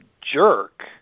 jerk